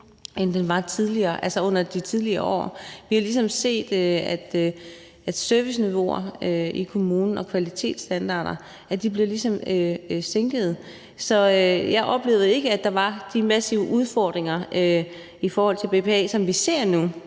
end den var tidligere, altså i de tidligere år. Vi har ligesom set, at serviceniveauer og kvalitetsstandarder i kommunerne er blevet sænket, så jeg oplevede ikke, at der var de massive udfordringer med BPA, som vi ser nu.